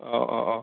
অঁ অঁ অঁ